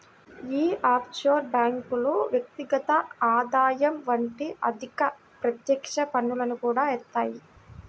యీ ఆఫ్షోర్ బ్యేంకులు వ్యక్తిగత ఆదాయం వంటి అధిక ప్రత్యక్ష పన్నులను కూడా యేత్తాయి